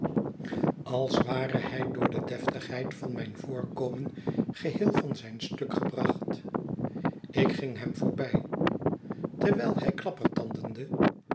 als ware hij door de deftigheid van mijn voorkomen geheel van zijn stuk gebracht ik ging hem voorbij terwijl hij klappertandende